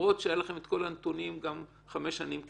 למרות שהיו לכם את כל הנתונים גם חמש שנים קדימה,